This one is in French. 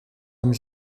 homme